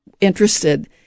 interested